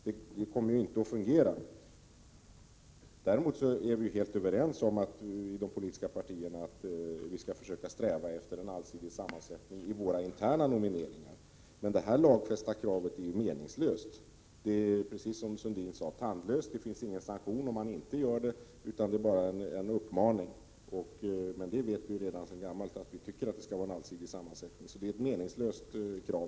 Det kommer inte att fungera. I de politiska partierna är vi som sagt helt överens om att vi skall försöka sträva efter en allsidig sammansättning i våra interna nomineringar. Men detta lagfästa krav är meningslöst. Det är, precis om Lars Sundin sade, tandlöst. Det finns ingen sanktion om man inte följer kravet — det är bara en uppmaning. Vi vet sedan gammalt att nämndemannakåren bör ha en allsidig sammansättning, så det är ett meningslöst krav.